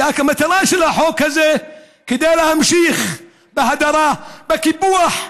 המטרה של החוק הזה היא להמשיך בהדרה, בקיפוח,